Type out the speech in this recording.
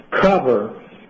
Cover